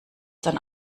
dann